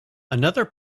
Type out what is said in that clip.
another